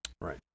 Right